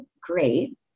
great